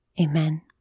Amen